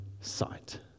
sight